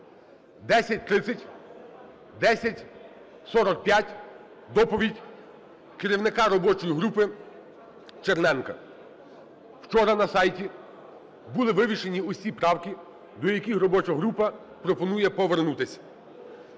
10:30-10:45 – доповідь керівника робочої групи Черненка. Вчора на сайті були вивішені всі правки, до яких робоча група пропонує повернутись.